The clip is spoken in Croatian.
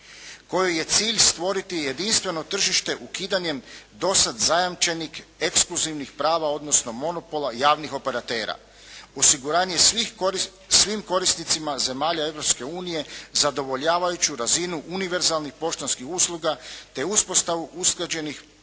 kojoj je cilj stvoriti jedinstveno tržište ukidanjem do sad zajamčenih ekskluzivnih prava, odnosno monopola javnih operatera. Osiguranje svim korisnicima zemalja Europske unije zadovoljavajući razinu univerzalnih poštanskih usluga te uspostavu usklađenih